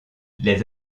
les